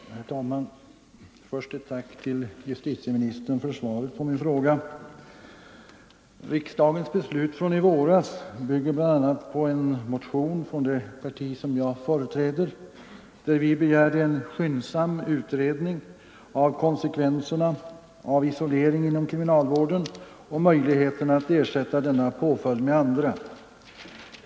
Herr talman! Först ett tack till justitieministern för svaret på min fråga Riksdagens beslut från i våras bygger bl.a. på en motion från det parti som jag företräder, där vi begärde en skyndsam utredning av konsekvenserna av isolering inom kriminalvården och möjligheten att ersätta denna påföljd med andra.